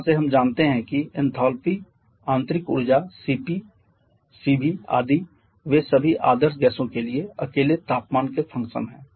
जहां से हम जानते हैं कि एन्थालपी आंतरिक ऊर्जा Cp Cv आदि वे सभी आदर्श गैसों के लिए अकेले तापमान के फंक्शन हैं